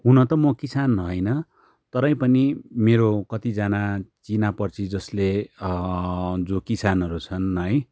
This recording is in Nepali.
हुन त म किसान होइन तरै पनि मेरो कतिजना चिनापर्ची जसले जो किसानहरू छन् है